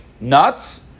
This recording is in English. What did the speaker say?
nuts